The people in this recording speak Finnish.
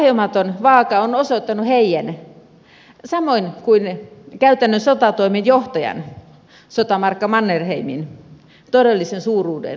historian lahjomaton vaaka on osoittanut heidän samoin kuin käytännön sotatoimenjohtajan sotamarsalkka mannerheimin todellisen suuruuden ja arvon